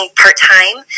part-time